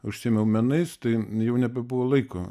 užsiėmiau menais tai jau nebebuvo laiko